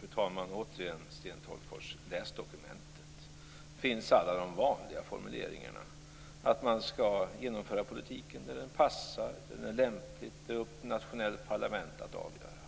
Fru talman! Återigen säger jag till Sten Tolgfors: Läs dokumentet! Där finns alla de vanliga formuleringarna - att man skall genomföra politiken när den passar, där den är lämplig, och det är upp till de nationella parlamenten att avgöra.